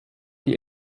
die